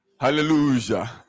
Hallelujah